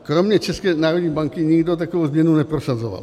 Kromě České národní banky nikdo takovou změnu neprosazoval.